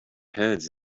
heads